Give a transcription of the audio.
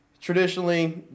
traditionally